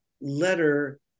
letter